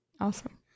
Awesome